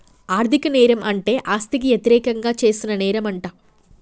ఆర్ధిక నేరం అంటే ఆస్తికి యతిరేకంగా చేసిన నేరంమంట